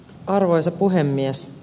arvoisa puhemies